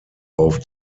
auf